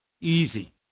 Easy